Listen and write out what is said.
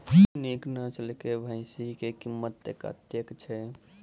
नीक नस्ल केँ भैंस केँ कीमत कतेक छै?